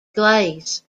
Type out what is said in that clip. glaze